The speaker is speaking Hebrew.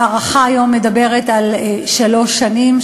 ההארכה היום מדברת על שלוש שנים,